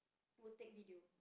would take video